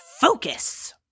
Focus